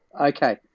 Okay